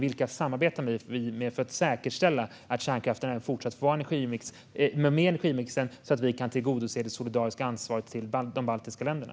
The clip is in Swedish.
Vilka samarbetar vi med för att säkerställa att kärnkraften även fortsatt får vara med i energimixen, så att vi kan tillgodose det solidariska ansvaret gentemot de baltiska länderna?